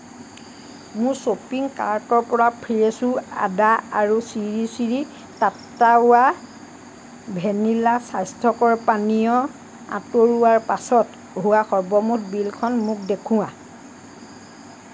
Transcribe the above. মোৰ শ্বপিং কাৰ্টৰ পৰা ফ্ৰেছো আদা আৰু শ্ৰী শ্ৰী টাট্টাৱা ভেনিলা স্বাস্থ্যকৰ পানীয় আঁতৰোৱাৰ পাছত হোৱা সৰ্বমুঠ বিলখন মোক দেখুওৱা